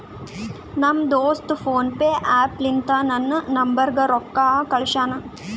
ನಮ್ ದೋಸ್ತ PhonePe app ಲಿಂತಾ ನನ್ ನಂಬರ್ಗ ರೊಕ್ಕಾ ಕಳ್ಸ್ಯಾನ್